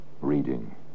reading